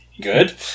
good